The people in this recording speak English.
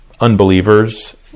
unbelievers